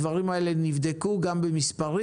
הדברים האלה נבדקו גם במספרים,